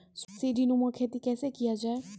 सीडीनुमा खेती कैसे किया जाय?